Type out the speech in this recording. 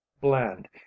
bland